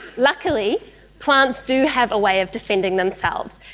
luckily plants do have a way of defending themselves,